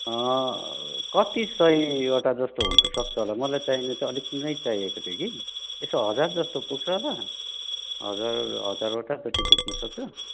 कति सयवटा जस्तो हुनु सक्छ होला मलाई चाहिने चह्ही अलिकति नै चाहिएको थियो कि यसो हजार जस्तो पुग्छ होला हजार हजारवटा जति पुग्नु सक्छ